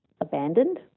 abandoned